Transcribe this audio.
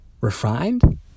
refined